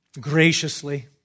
graciously